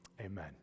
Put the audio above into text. Amen